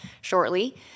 shortly